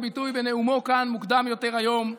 ביטוי בנאומו כאן מוקדם יותר היום ימומשו.